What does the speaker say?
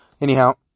Anyhow